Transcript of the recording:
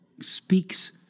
speaks